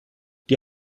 die